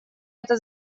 это